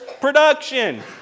production